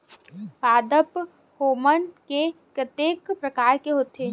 पादप हामोन के कतेक प्रकार के होथे?